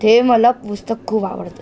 ते मला पुस्तक खूप आवडतं